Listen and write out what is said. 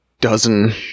dozen